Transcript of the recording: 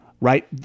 right